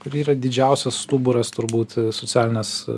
kur yra didžiausias stuburas turbūt socialinės